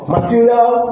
Material